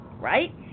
right